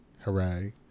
hooray